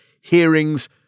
hearings